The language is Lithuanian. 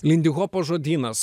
lindihopo žodynas